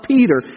Peter